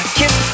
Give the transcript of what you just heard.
kiss